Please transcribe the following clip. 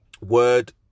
word